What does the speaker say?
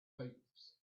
heaps